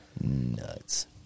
Nuts